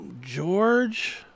George